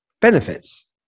benefits